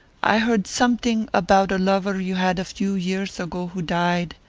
i heard something about a lover you had a few years ago who died,